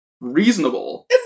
reasonable